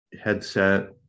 headset